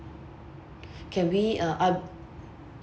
can we uh up~